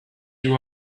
you